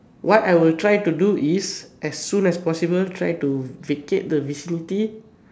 what I would try to do is as soon as possible try to vacate the vicinity